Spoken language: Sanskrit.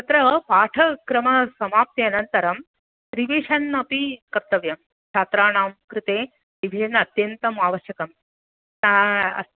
तत्र पाठक्रमः समाप्तिः अनन्तरं रिवीषन् अपि कर्तव्यम् छात्राणां कृते रिवीषन् अत्यन्तम् आवश्यकम् आ